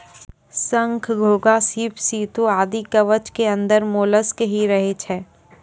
शंख, घोंघा, सीप, सित्तू आदि कवच के अंदर मोलस्क ही रहै छै